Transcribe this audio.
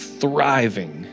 thriving